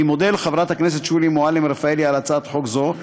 אני מודה לחברת הכנסת שולי מועלם-רפאלי על הצעת חוק זו,